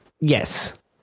Yes